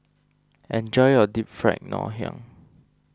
enjoy your Deep Fried Ngoh Hiang